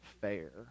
fair